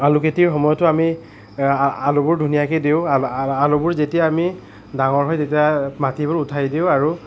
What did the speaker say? আলু খেতিৰ সময়টো আমি আলুবোৰ ধুনীয়াকে দিওঁ আ আলুবোৰ যেতিয়া আমি ডাঙৰ হয় তেতিয়া মাটিবোৰ উঠাই দিওঁ আৰু